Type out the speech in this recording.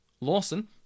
Lawson